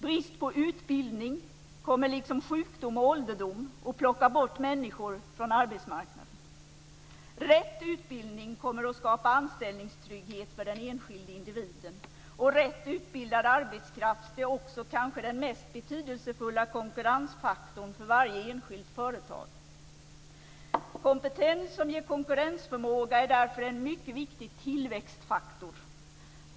Brist på utbildning kommer liksom sjukdom och ålderdom att plocka bort människor från arbetsmarknaden. Rätt utbildning kommer att skapa anställningstrygghet för den enskilde individen. Rätt utbildad arbetskraft är också kanske den mest betydelsefulla konkurrensfaktorn för varje enskilt företag. Kompetens som ger konkurrensförmåga är därför en mycket viktig tillväxtfaktor.